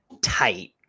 tight